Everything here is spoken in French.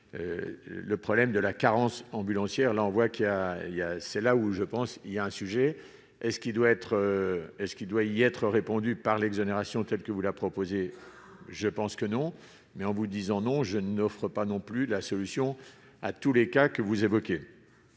le problème de la carence ambulancière, là on voit qu'il a, il y a, c'est là où je pense, il y a un sujet est ce qui doit être est ce qu'il doit y être répondu par l'exonération telle que vous la proposer, je pense que non, mais en vous disant non je n'offre pas non plus la solution à tous les cas que vous évoquez,